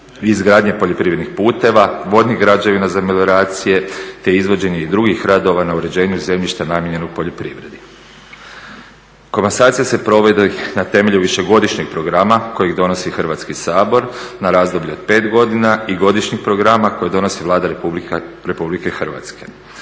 izgradnje poljoprivrednih puteva, vodnih građevina za melioracije te izvođenje i drugih radova na uređenju zemljišta namijenjenog poljoprivredi. Komasacija se provodi na temelju višegodišnjeg programa kojeg donosi Hrvatski sabor na razdoblje od 5 godina i godišnjeg programa koji donosi Vlada Republike Hrvatske.